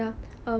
mm